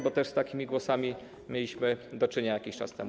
Bo też z takimi głosami mieliśmy do czynienia jakiś czas temu.